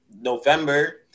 November